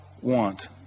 want